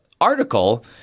article